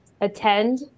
attend